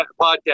podcast